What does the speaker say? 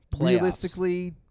Realistically